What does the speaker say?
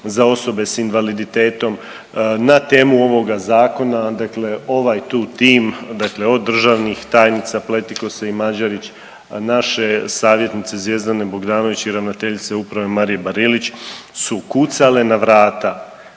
za osobe sa invaliditetom na temu ovoga zakona. Dakle, ovaj tu tim, dakle od državnih tajnica Pletikose i Mađerić, naše savjetnice Zvjezdane Bogdanović i ravnateljice uprave Marije Barilić su kucale na vrata,